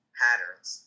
patterns